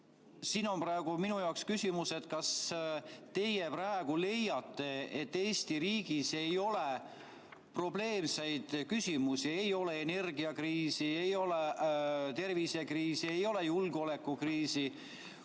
siin on minu küsimus: kas teie praegu leiate, et Eesti riigis ei ole probleemseid küsimusi, ei ole energiakriisi, ei ole tervisekriisi, ei ole julgeolekukriisi,